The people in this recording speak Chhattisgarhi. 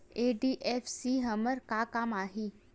एन.बी.एफ.सी हमर का काम आही?